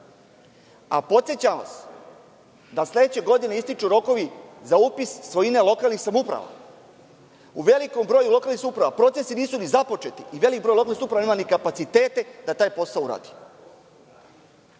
Podsećam vas da sledeće godine ističu rokovi za upis svojine lokalnih samouprava. U velikom broju lokalnih samouprava procesi nisu ni započeti i veliki broj lokalnih samouprava nema ni kapacitete da taj posao uradi. Ovo